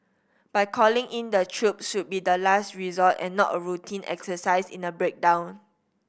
but calling in the troops should be the last resort and not a routine exercise in a breakdown